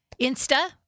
Insta